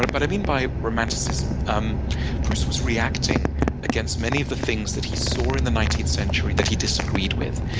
but but i mean by romanticism, um proust was reacting against many of the things that he saw in the nineteenth century that he disagreed with.